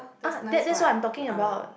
ah that that's what I'm talking about